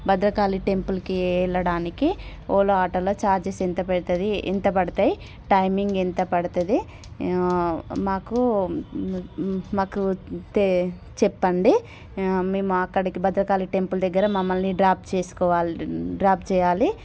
భద్రకాళి టెంపుల్కి వెళ్ళడానికి ఓలా ఆటోలో ఛార్జెస్ ఎంత పడుతుంది ఎంత పడుతాయి టైమింగ్ ఎంత పడుతుంది మాకు మాకు తే చెప్పండి మేము అక్కడికి భద్రకాళి టెంపుల్ దగ్గర మమ్మల్ని డ్రాప్ చేసుకోవాలి డ్రాప్ చేయాలి